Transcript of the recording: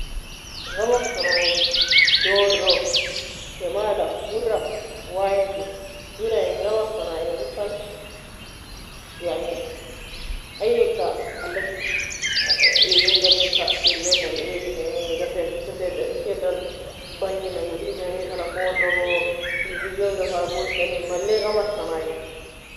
قمر صناعي duru سماء la oura' wayia fee wida in قمر صناعي yani husan ayie ka ala tichi irin ghasibe ka erbaire nan ga firgikani ghasie echae edan bangue nan ga firgi kani telephone logo television ga fa gongei kani malei قمر صناعي